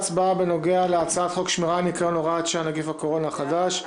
בנוגע להצעת חוק שמירה על הניקיון (הוראת שעה) (נגיף הקורונה החדש),